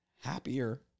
happier